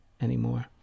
anymore